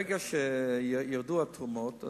ברגע שירדו התרומות,